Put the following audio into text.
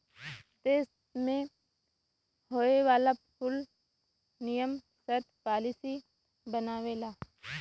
देस मे होए वाला कुल नियम सर्त पॉलिसी बनावेला